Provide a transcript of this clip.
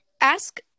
ask